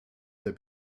der